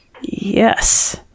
Yes